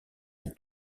est